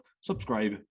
subscribe